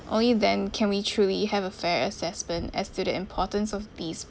only then can we truly have a fair assessment as to the importance of these